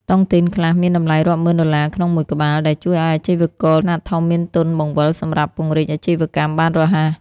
តុងទីនខ្លះមានតម្លៃរាប់ម៉ឺនដុល្លារក្នុងមួយក្បាល ដែលជួយឱ្យអាជីវករខ្នាតធំមានទុនបង្វិលសម្រាប់ពង្រីកអាជីវកម្មបានរហ័ស។